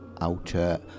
Outer